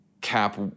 Cap